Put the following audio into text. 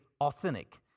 authentic